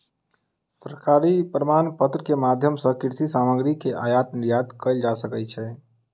सरकारी प्रमाणपत्र के माध्यम सॅ कृषि सामग्री के आयात निर्यात कयल जा सकै छै